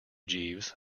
jeeves